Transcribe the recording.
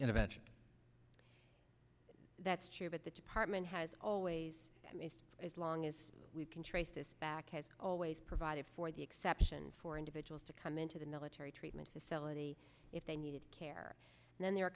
intervention that's true but the department has always as long as we can trace this back has always provided for the exception for individuals to come into the military treatment facility if they needed care and then there a